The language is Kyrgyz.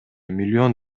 миллион